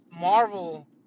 Marvel